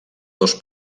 dos